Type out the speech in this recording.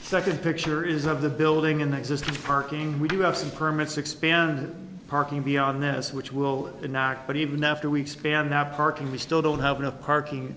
second picture is of the building in the existing parking we do have some permits to expand parking beyond this which will not but even after we expand that parking we still don't have enough parking